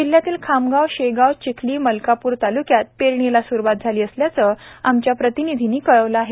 जिल्हयातील खामगाव शेगाव चिखली मलकाप्र तालुक्यात पेरणीला सुरुवात झाली असल्याचे आमच्या प्रतिनिधीने कळवले आहे